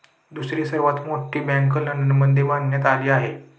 दुसरी सर्वात मोठी बँक लंडनमध्ये बांधण्यात आली आहे